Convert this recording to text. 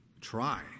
try